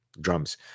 drums